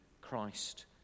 Christ